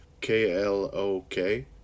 K-L-O-K